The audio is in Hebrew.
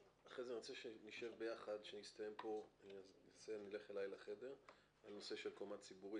לאחר שנסיים אני רוצה שנשב יחד על הנושא של קומה ציבורית,